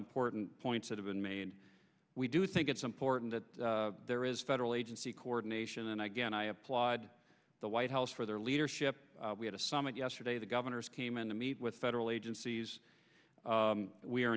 important points that have been made we do think it's important that there is federal agency coordination and again i applaud the white house for their leadership we had a summit yesterday the governors came in to meet with federal agencies